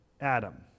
Adam